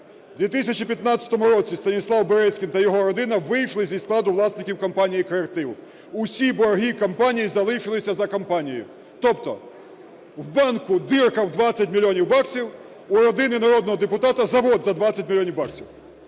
"У 2015 році Станіслав Березкін та його родина вийшли зі складу власників компанії "Креатив". Усі борги компанії залишилися за компанією". Тобто в банку дірка у 20 мільйонів баксів, у родини народного депутата завод за 20 мільйонів баксів.